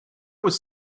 was